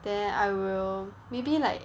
then I will maybe like